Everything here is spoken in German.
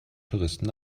touristen